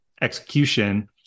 execution